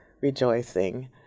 rejoicing